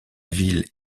ville